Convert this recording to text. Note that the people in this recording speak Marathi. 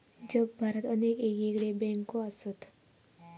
जगभरात अनेक येगयेगळे बँको असत